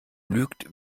lügt